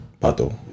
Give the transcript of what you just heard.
Pato